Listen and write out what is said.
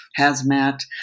hazmat